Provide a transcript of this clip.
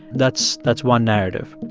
that's that's one narrative.